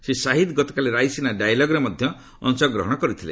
ଶ୍ରୀ ସାହିଦ ଗତକାଲି ରାଇସିନା ଡାଇଲଗ୍ରେ ମଧ୍ୟ ଅଶଗ୍ରହଣ କରିଥିଲେ